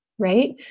Right